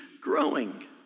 growing